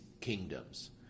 kingdoms